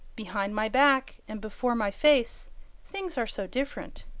behind my back and before my face things are so different!